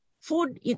food